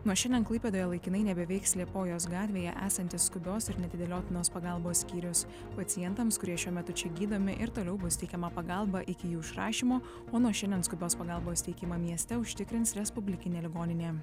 nuo šiandien klaipėdoje laikinai nebeveiks liepojos gatvėje esantis skubios ir neatidėliotinos pagalbos skyrius pacientams kurie šiuo metu čia gydomi ir toliau bus teikiama pagalba iki jų išrašymo o nuo šiandien skubios pagalbos teikimą mieste užtikrins respublikinė ligoninė